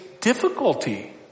difficulty